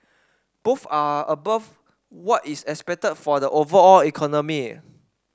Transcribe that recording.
both are above what is expected for the overall economy